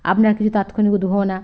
আপনার কিছু তাৎক্ষণিক উদ্ভাবনা